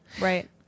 Right